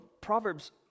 Proverbs